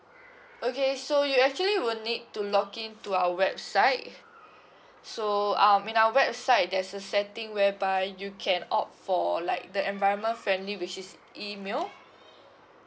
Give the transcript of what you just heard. okay so you actually will need to login to our website so um in our website there's a setting whereby you can opt for like the environment friendly which is email